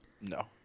No